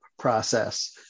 Process